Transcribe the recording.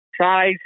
size